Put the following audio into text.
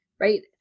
Right